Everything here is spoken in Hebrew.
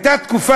זו הייתה תקופה